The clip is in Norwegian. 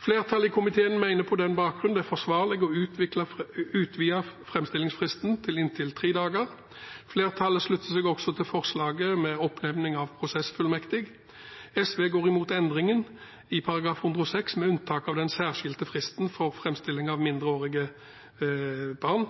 Flertallet i komiteen mener på denne bakgrunn det er forsvarlig å utvide framstillingsfristen til inntil tre dager. Flertallet slutter seg også til forslaget vedrørende oppnevning av prosessfullmektig. SV går imot endringen i § 106, med unntak av den særskilte fristen for framstilling av mindreårige barn.